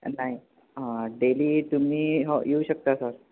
अं daily तुम्ही हो येऊ शकता सर